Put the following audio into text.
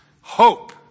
hope